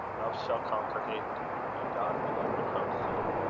love shall conquer hate and god will overcome sin.